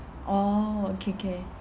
orh K K